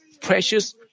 precious